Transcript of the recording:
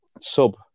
sub